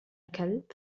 كلب